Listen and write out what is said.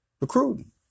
recruiting